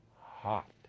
Hot